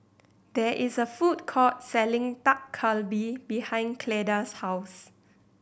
there is a food court selling Dak Galbi behind Cleda's house